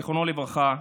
זיכרונו לברכה,